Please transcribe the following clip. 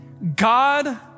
God